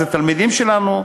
אלה תלמידים שלנו,